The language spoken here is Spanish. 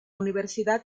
universidad